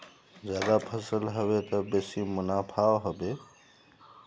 ज्यादा फसल ह बे त बेसी मुनाफाओ ह बे